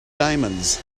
diamonds